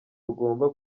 rugomba